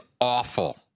awful